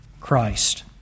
Christ